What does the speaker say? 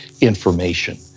information